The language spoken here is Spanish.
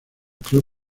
club